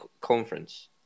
conference